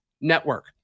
Network